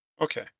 Okay